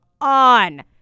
on